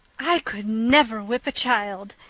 i could never whip a child,